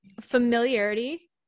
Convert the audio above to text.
familiarity